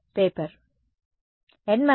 విద్యార్థి n మరియు m మధ్య ఏదైనా సంబంధం ఉందా